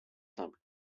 simple